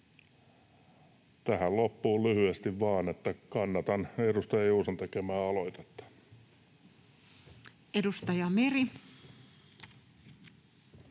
Tähän loppuun lyhyesti vain, että kannatan edustaja Juuson tekemää aloitetta. [Speech